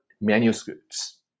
manuscripts